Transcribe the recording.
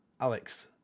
alex